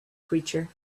creature